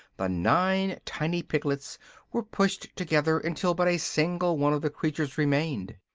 the nine tiny piglets were pushed together until but a single one of the creatures remained.